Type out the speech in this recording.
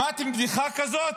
שמעתם בדיחה כזאת?